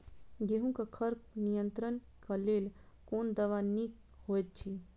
गेहूँ क खर नियंत्रण क लेल कोन दवा निक होयत अछि?